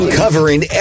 covering